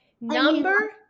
Number